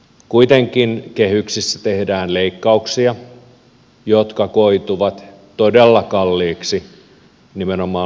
kuitenkin kehyksissä tehdään leikkauksia jotka koituvat todella kalliiksi nimenomaan lapsillemme